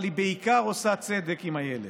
אבל היא בעיקר עושה צדק עם הילד.